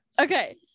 okay